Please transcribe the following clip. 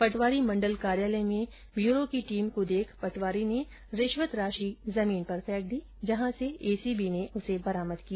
पटवारी मण्डल कार्यालय में ब्यूरो की टीम को देख पटवारी ने रिश्वत राशि जमीन पर फेंक दी जहां से एसीबी ने बरामद की